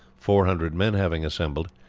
four hundred men having assembled,